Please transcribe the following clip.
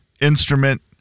instrument